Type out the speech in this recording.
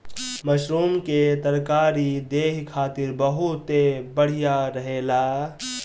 mushroom के तरकारी देहि खातिर बहुते बढ़िया रहेला